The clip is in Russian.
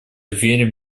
верим